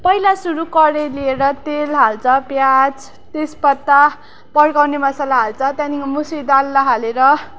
पहिला सुरु कराई लिएर तेल हाल्छ प्याज तेज पत्ता पडकाउने मसला हाल्छ त्यहाँदेखिको मुसुरी दाललाई हालेर